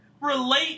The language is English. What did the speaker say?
relate